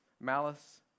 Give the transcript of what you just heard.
malice